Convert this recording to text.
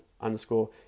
underscore